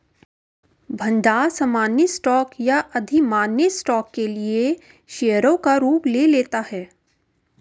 भंडार सामान्य स्टॉक या अधिमान्य स्टॉक के लिए शेयरों का रूप ले लेता है